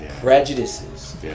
prejudices